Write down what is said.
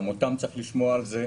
גם אותם צריך לשמוע על זה,